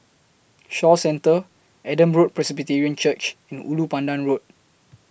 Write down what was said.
Shaw Centre Adam Road Presbyterian Church and Ulu Pandan Road